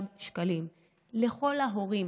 וזה ירד גם בהנחיות לשטח ואנחנו גם עקבנו.